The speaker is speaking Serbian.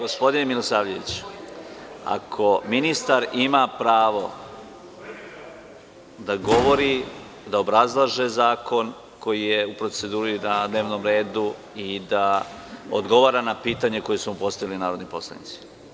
Gospodine Milisavljević, ministar ima pravo da govori, da obrazlaže zakon koji je u proceduri, na dnevnom redu i da odgovara na pitanje koje su mu postavili narodni poslanici.